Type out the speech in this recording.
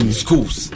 schools